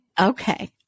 Okay